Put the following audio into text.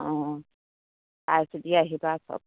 অঁ চাইচিতি আহিবা চব